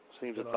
seems